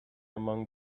among